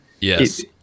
Yes